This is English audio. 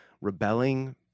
Rebelling